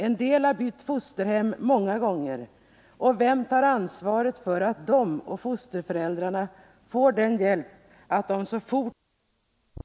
en del har bytt fosterhem många gånger — och vem tar ansvaret för att de och fosterföräldrarna får sådan hjälp att de så fort och bra som möjligt kan lösa konflikterna?